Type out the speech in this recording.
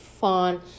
fun